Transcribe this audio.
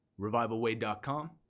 RevivalWay.com